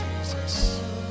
Jesus